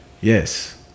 Yes